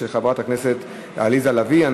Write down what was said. של חברת הכנסת עליזה לביא להעלות את אחוז החסימה.